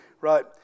Right